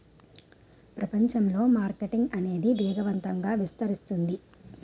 ప్రపంచంలో మార్కెటింగ్ అనేది వేగవంతంగా విస్తరిస్తుంది